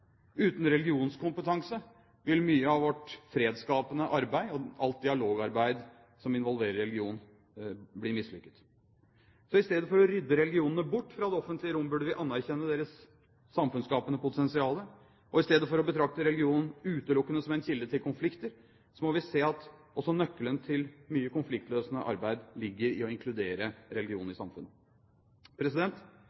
Uten religionskompetanse vil mye av vårt fredsskapende arbeid og alt dialogarbeid som involverer religion, bli mislykket. I stedet for å rydde religionene bort fra det offentlige rom burde vi anerkjenne deres samfunnsskapende potensial, og i stedet for å betrakte religionen utelukkende som en kilde til konflikter, må vi se at nøkkelen til mye konfliktløsende arbeid også ligger i å inkludere